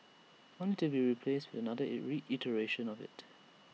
only to be replaced with another IT re iteration of IT